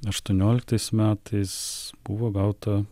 aštuonioliktais metais buvo gauta